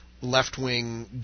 left-wing